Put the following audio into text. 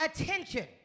attention